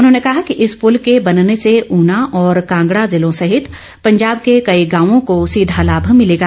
उन्होंने कहा कि इस पुल के बनने से ऊना और कांगड़ा जिलों सहित पंजाब के कई गांवों को सीधा लाभ मिलेगा